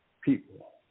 people